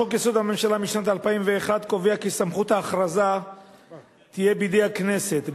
חוק-יסוד: הממשלה משנת 2001 קובע כי סמכות ההכרזה תהיה בידי הכנסת,